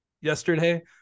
yesterday